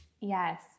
Yes